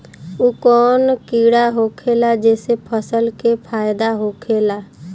उ कौन कीड़ा होखेला जेसे फसल के फ़ायदा होखे ला?